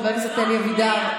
חבר הכנסת אלי אבידר,